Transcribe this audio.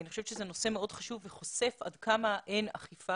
אני חושבת שזה נושא מאוד חשוב וחושף עד כמה אין אכיפה